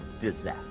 disaster